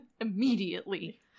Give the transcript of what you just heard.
Immediately